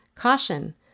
CAUTION